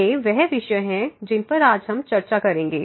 ये वह विषय हैं जिन पर आज हम चर्चा करेंगे